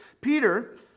Peter